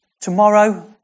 tomorrow